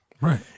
Right